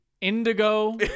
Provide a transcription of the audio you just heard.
indigo